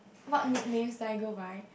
what nickname do I go by